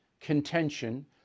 contention